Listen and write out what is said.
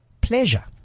pleasure